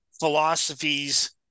philosophies